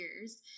years